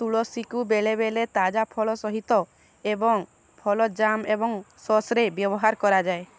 ତୁଳସୀକୁ ବେଳେବେଳେ ତାଜା ଫଳ ସହିତ ଏବଂ ଫଳ ଜାମ୍ ଏବଂ ସସ୍ରେ ବ୍ୟବହାର କରାଯାଏ